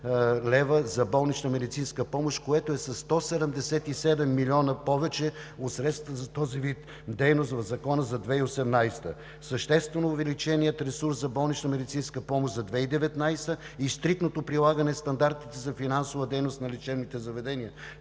за болничната медицинска помощ, което е със 177 милиона повече от средствата за този вид дейност в Закона за 2018 г. Съществено увеличеният ресурс за болничната медицинска помощ за 2019 г. и стриктното прилагане на стандартите за финансова дейност на лечебните заведения